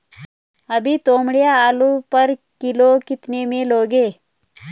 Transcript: अभी तोमड़िया आलू पर किलो कितने में लोगे?